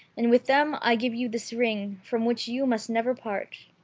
and with them i give you this ring, from which you must never part.